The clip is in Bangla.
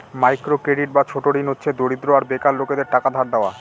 মাইক্র ক্রেডিট বা ছোট ঋণ হচ্ছে দরিদ্র আর বেকার লোকেদের টাকা ধার দেওয়া